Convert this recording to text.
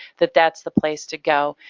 that that's the place to go.